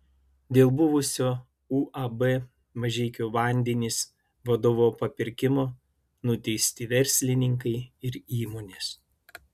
dėl buvusio uab mažeikių vandenys vadovo papirkimo nuteisti verslininkai ir įmonės